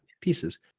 pieces